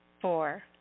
Four